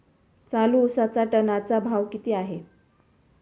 चालू उसाचा टनाचा भाव किती आहे?